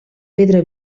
pedra